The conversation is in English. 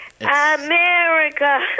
America